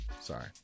Sorry